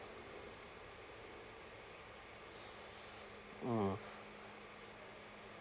mm